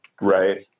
Right